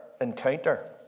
encounter